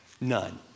None